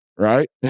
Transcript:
Right